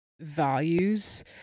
values